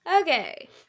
Okay